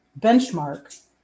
benchmark